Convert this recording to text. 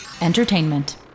entertainment